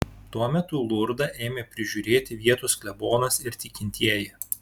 tuo metu lurdą ėmė prižiūrėti vietos klebonas ir tikintieji